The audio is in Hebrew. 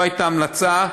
זו הייתה ההמלצה,